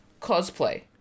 cosplay